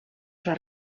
s’ha